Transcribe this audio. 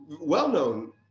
well-known